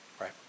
Right